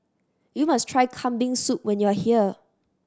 you must try Kambing Soup when you are here